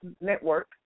network